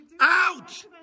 out